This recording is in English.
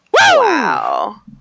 Wow